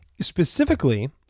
specifically